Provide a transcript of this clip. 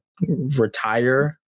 retire